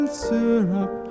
syrup